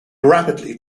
rapidly